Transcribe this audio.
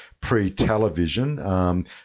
pre-television